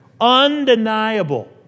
Undeniable